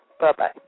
Bye-bye